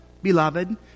Beloved